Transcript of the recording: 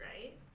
right